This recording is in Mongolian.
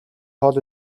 хоол